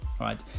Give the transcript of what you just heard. right